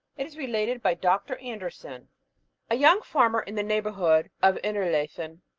it is related by dr. anderson a young farmer in the neighbourhood of innerleithen,